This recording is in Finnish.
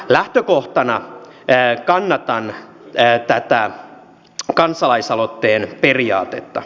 lähtökohtana kannatan tätä kansalaisaloitteen periaatetta